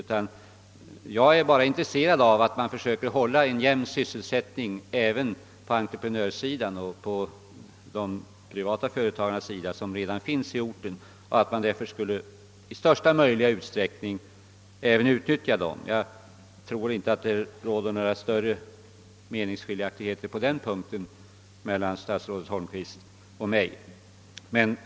Jag är enbart intresserad av att man försöker hålla en jämn sysselsättning även på entreprenörsidan och inom de privata företag som redan finns. Dessa företag bör alltså utnyttjas i största möjliga utsträckning. Jag tror inte att det råder några större meningsskiljaktigheter mellan statsrådet Holmqvist och mig på denna punkt.